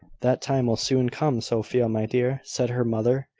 that time will soon come, sophia, my dear, said her mother,